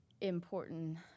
important